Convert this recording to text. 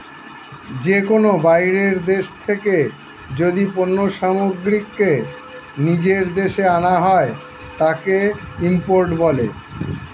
যে কোনো বাইরের দেশ থেকে যদি পণ্য সামগ্রীকে নিজের দেশে আনা হয়, তাকে ইম্পোর্ট বলে